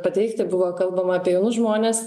pateikti buvo kalbama apie jaunus žmones